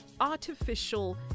artificial